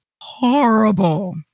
horrible